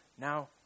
now